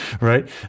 right